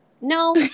No